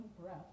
breath